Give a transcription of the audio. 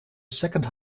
second